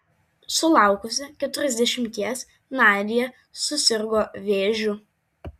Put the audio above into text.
sulaukusi keturiasdešimties nadia susirgo vėžiu